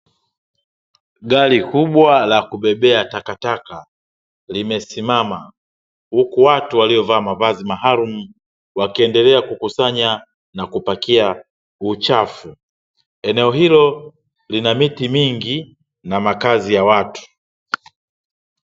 Gari kubwa la kubebea takataka limesimama, huku watu waliovaa mavazi maalumu wakiendelea kukusanya na kupakia uchafu. Eneo hilo lina miti mingi na makazi ya watu.